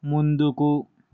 ముందుకు